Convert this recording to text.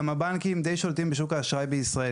גם הבנקים די שולטים בשוק האשראי בישראל.